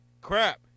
Crap